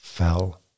Fell